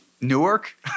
Newark